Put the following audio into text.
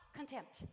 contempt